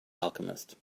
alchemist